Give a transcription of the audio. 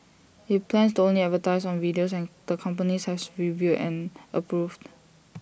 IT plans to only advertise on videos and the companies has reviewed and approved